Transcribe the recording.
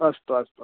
अस्तु अस्तु